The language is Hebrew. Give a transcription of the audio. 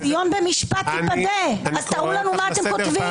"ציון במשפט תיפדה" אז תראו לנו מה אתם כותבים.